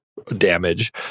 Damage